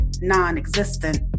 non-existent